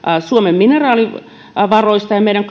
suomen mineraalivaroista meidän